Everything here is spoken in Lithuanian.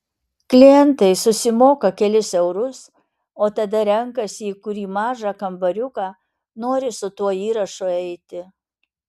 klientai susimoka kelis eurus o tada renkasi į kurį mažą kambariuką nori su tuo įrašu eiti